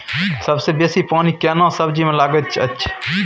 सबसे बेसी पानी केना सब्जी मे लागैत अछि?